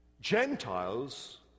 Gentiles